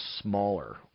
smaller